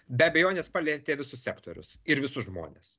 be abejonės palietė visus sektorius ir visus žmones